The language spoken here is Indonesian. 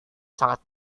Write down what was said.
sangat